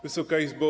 Wysoka Izbo!